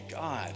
God